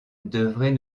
devrait